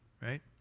right